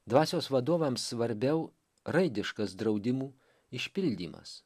dvasios vadovams svarbiau raidiškas draudimų išpildymas